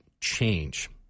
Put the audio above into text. change